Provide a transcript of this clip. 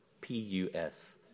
P-U-S